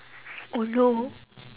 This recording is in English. oh no